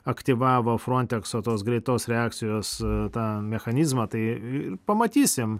aktyvavo frontekso tos greitos reakcijos tą mechanizmą tai ir pamatysim